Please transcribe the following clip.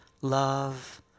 love